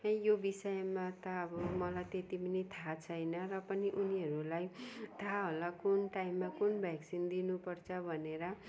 यो बिषयमा त अब मलाई त्यति पनि थाहा छैन र पनि उनीहरूलाई थाहा होला कुन टाइममा कुन भ्याक्सिन दिनु पर्छ भनेर